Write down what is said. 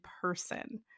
person